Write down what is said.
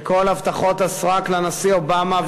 וכל הבטחות הסרק לנשיא אובמה,